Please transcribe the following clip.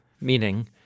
meaning